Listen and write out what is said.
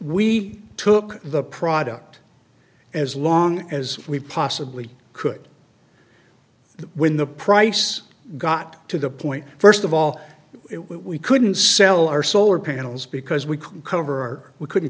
we took the product as long as we possibly could when the price got to the point first of all we couldn't sell our solar panels because we couldn't cover or we couldn't